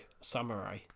samurai